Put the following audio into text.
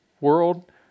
world